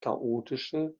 chaotische